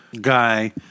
guy